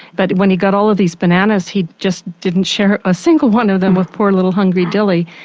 but when he got all of these bananas he just didn't share a single one of them with poor little hungry dilly.